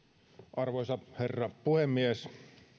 arvoisa herra puhemies